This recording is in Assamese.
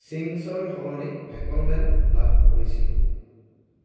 চিংছৰ সলনি ফেকলমেন লাভ কৰিছিলোঁ